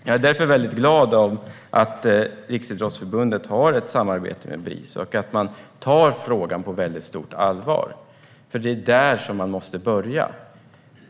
Jag är därför väldigt glad att Riksidrottsförbundet har ett samarbete med Bris och att man tar frågan på stort allvar, för det är där man måste börja.